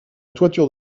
toiture